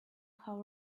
how